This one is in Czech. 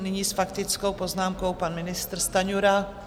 A nyní s faktickou poznámkou pan ministr Stanjura.